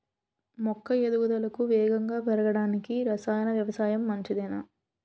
మొక్క ఎదుగుదలకు వేగంగా పెరగడానికి, రసాయన వ్యవసాయం మంచిదేనా?